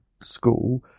school